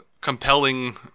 compelling